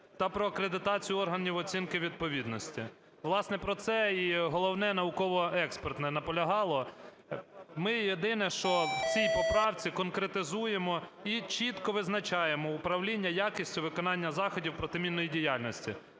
та "Про акредитацію органів з оцінки відповідності". Власне, про це і Головне науково-експертне наполягало. Ми, єдине, що в цій поправці конкретизуємо і чітко визначаємо управління якістю виконання заходів протимінної діяльності.